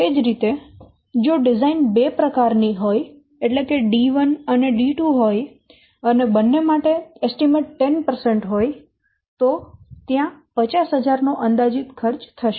તે જ રીતે જો ડિઝાઇન બે પ્રકાર ની હોય એટલે કે D 1 અને D 2 હોય અને બંન્ને માટે અંદાજ 10 હોય તો ત્યાં 50000 નો અંદાજીત ખર્ચ થશે